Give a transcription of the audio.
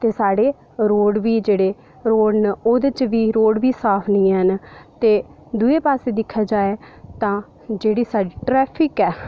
ते साढ़े रोड़ बी जेह्ड़े रोड़ न ओह्दे च बी रोड़ बी साफ नेईं है'न ते दूए पास्सै दिक्खेआ जा ते जेह्ड़ी साढ़ी ट्रैफ़िक ऐ